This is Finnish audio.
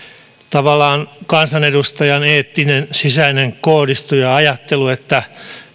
tavallaan se kansanedustajan eettinen sisäinen koodisto ja ajattelu on että